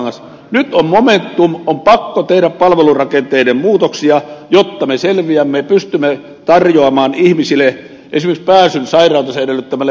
nyt on momentum on pakko tehdä palvelurakenteiden muutoksia jotta me selviämme ja pystymme tarjoamaan ihmisille esimerkiksi pääsyn sairautensa edellyttämälle hoidon tasolle